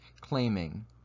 claiming